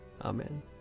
Amen